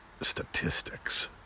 statistics